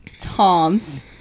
Tom's